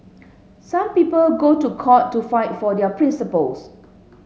some people go to court to fight for their principles